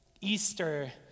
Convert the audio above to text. Easter